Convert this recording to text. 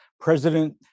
President